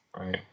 Right